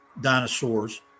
dinosaurs